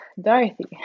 Dorothy